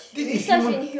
this is human